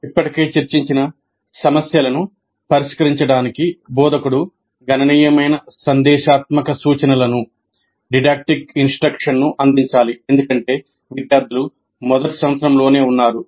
ఇప్పటికే చర్చించిన సమస్యలను పరిష్కరించడానికి బోధకుడు గణనీయమైన సందేశాత్మక సూచనలను అందించాలి ఎందుకంటే విద్యార్థులు మొదటి సంవత్సరంలోనే ఉన్నారు